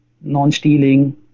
non-stealing